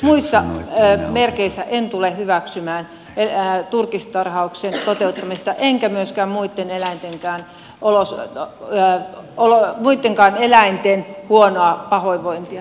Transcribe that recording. muissa merkeissä en tule hyväksymään turkistarhauksen toteuttamista enkä myöskään muitten eläintenkään oloissa enää ole muittenkaan eläinten pahoinvointia